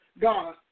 God